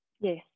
yes